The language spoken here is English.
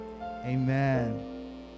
amen